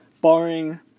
Barring